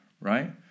right